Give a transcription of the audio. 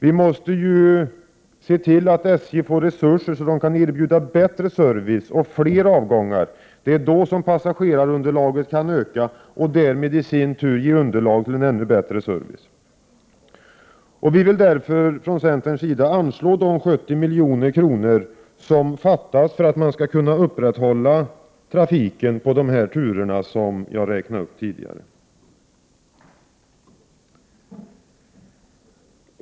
Vi måste se till att SJ får resurser så att man kan erbjuda bättre service och fler avgångar. Det är då som passagerarunderlaget kan öka och därmed ge förutsättningar för ännu bättre service. Centern vill därför att vi skall anslå de 70 milj.kr. som behövs för att man skall kunna upprätthålla trafiken på de turer som jag här har räknat upp.